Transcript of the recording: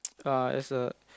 err is a